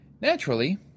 Naturally